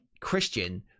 christian